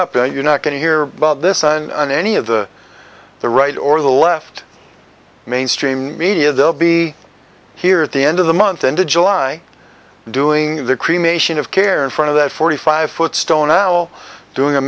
up and you're not going to hear about this on an any of the the right or the left main stream media they'll be here at the end of the month into july doing the cremation of care in front of that forty five foot stone owl doing a